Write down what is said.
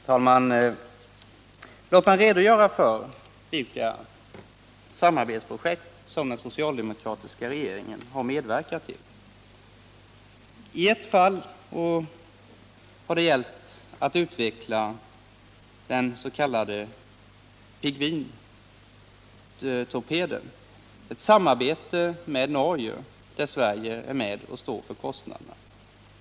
Herr talman! Låt mig redogöra för vilka samarbetsprojekt som den socialdemokratiska regeringen har medverkat till. I ett fall har det gällt att utveckla den s.k. Pingvintorpeden, ett samarbete med Norge, där Sverige är 95 med och står för kostnaderna.